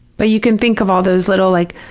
but you can think of all those little like,